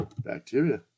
bacteria